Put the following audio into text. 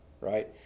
right